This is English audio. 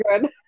good